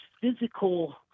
physical